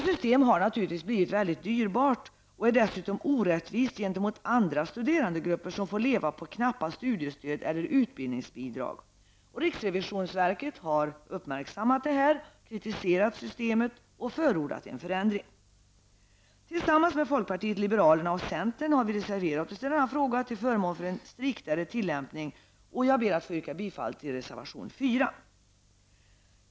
Systemet har blivit mycket dyrbart och är dessutom orättvist gentemot andra studerandegrupper, som får leva på knappa studiestöd eller utbildningsbidrag. RRV har uppmärksammat detta, kritiserat systemet och förordat en förändring. Tillsammans med folkpartiet liberalerna och centern har vi reserverat oss i denna fråga till förmån för en striktare tillämpning, och jag ber att få yrka bifall till reservation 4.